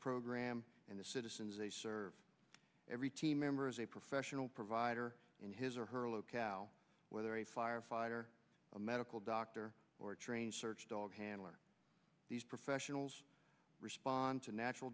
program and the citizens they serve every team member is a professional provider in his or her locale whether a firefighter a medical doctor or a trained search dog handler these professionals respond to natural